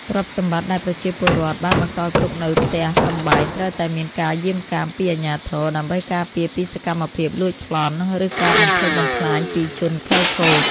ទ្រព្យសម្បត្តិដែលប្រជាពលរដ្ឋបានបន្សល់ទុកនៅផ្ទះសម្បែងត្រូវតែមានការយាមកាមពីអាជ្ញាធរ ដើម្បីការពារពីសកម្មភាពលួចប្លន់ ឬការបំផ្លិចបំផ្លាញពីជនខិលខូច។